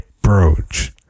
brooch